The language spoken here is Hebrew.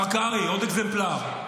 השר קרעי, עוד אקזמפלר.